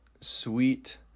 sweet